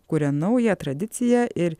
kuria naują tradiciją ir